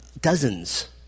dozens